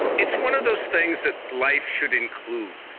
it's one of those things that life should include.